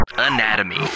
anatomy